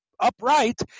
Upright